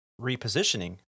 repositioning